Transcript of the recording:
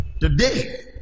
Today